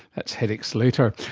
that's headaches, later.